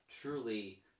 truly